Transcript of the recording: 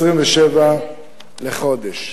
1.27 שקל לחודש.